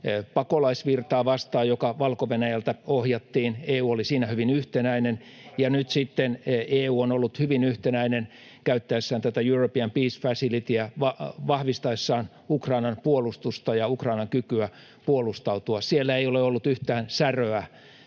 pakolaisvirtaa vastaan, joka Valko-Venäjältä ohjattiin. EU oli siinä hyvin yhtenäinen, ja nyt sitten EU on ollut hyvin yhtenäinen käyttäessään tätä European Peace Facilityä vahvistaessaan Ukrainan puolustusta ja Ukrainan kykyä puolustautua. Ei ole ollut yhtään säröä